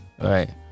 right